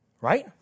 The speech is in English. Right